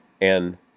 and